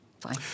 Fine